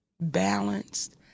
balanced